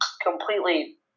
completely